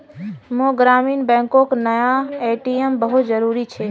मोक ग्रामीण बैंकोक नया ए.टी.एम बहुत जरूरी छे